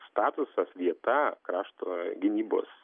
statusas vieta krašto gynybos